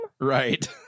Right